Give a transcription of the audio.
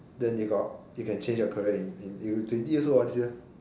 then they got you can change your career in in you twenty years old hor this year